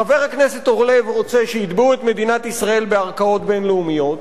חבר הכנסת אורלב רוצה שיתבעו את מדינת ישראל בערכאות בין-לאומיות,